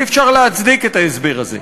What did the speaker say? ואי-אפשר להצדיק את ההסבר הזה.